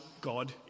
God